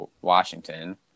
Washington